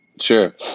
Sure